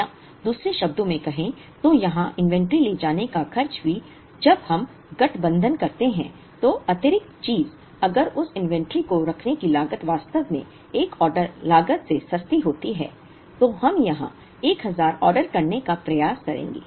या दूसरे शब्दों में कहें तो यहां इनवेंटरी ले जाने का खर्च भी जब हम गठबंधन करते हैं तो अतिरिक्त चीज अगर उस इन्वेंट्री को रखने की लागत वास्तव में एक ऑर्डर लागत से सस्ती होती है तो हम यहां 1000 ऑर्डर करने का प्रयास करेंगे